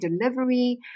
delivery